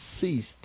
ceased